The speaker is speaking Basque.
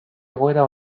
egoera